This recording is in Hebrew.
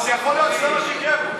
אז יכול להיות שזה מה שיקרה לו.